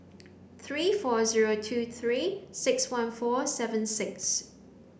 three four zero two three six one four seven six